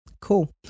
cool